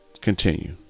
continue